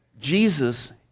Jesus